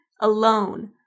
alone